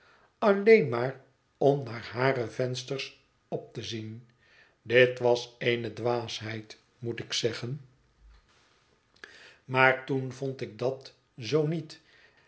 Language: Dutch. alleen maar om naar hare vensters op te zien dit was eene dwaasheid moet ik zeggen maar toen vond ik dat zoo niet